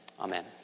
amen